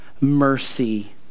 mercy